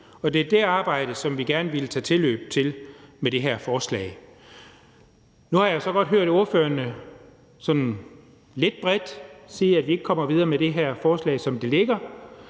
og det er det arbejde, som vi gerne vil tage tilløb til med det her forslag. Nu har jeg så godt hørt ordførerne sådan lidt bredt sige, at vi ikke kommer videre med det her forslag, som det ligger.